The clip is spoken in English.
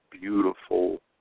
beautiful